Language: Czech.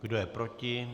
Kdo je proti?